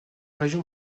région